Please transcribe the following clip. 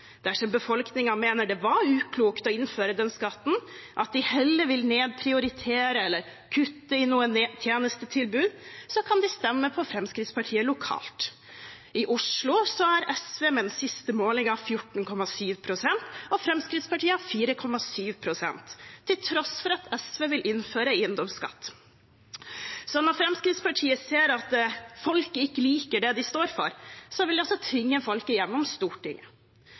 Dersom befolkningen mener det var uklokt å innføre den skatten, at de heller vil nedprioritere eller kutte i noen tjenestetilbud, kan de stemme på Fremskrittspartiet lokalt. I Oslo har SV ved den siste målingen 14,7 pst. og Fremskrittspartiet har 4,7 pst. – til tross for at SV vil innføre eiendomsskatt. Så når Fremskrittspartiet ser at folk ikke liker det de står for, vil de altså tvinge folket gjennom Stortinget.